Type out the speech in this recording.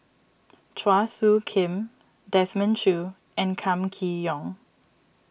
Chua Soo Khim Desmond Choo and Kam Kee Yong